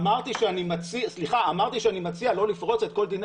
אמרתי שאני מציע לא לפרוץ את כל דיני